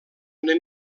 una